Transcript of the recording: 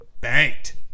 banked